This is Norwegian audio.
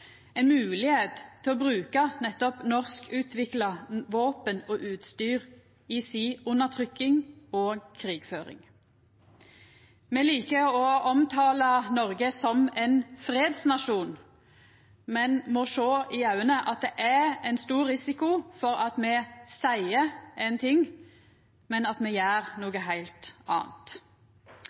til å bruka nettopp norskutvikla våpen og utstyr i undertrykkinga og krigføringa si. Me liker å omtala Noreg som ein fredsnasjon, men må sjå i augo at det er ein stor risiko for at me seier éin ting, men at me gjer noko heilt anna.